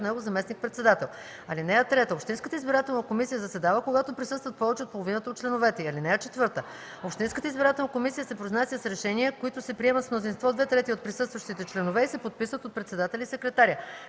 него заместник-председател. (3) Общинската избирателна комисия заседава, когато присъстват повече от половината от членовете й. (4) Общинската избирателна комисия се произнася с решения, които се приемат с мнозинство две трети от присъстващите членове и се подписват от председателя и секретаря.